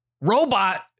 robot